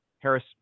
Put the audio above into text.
Harris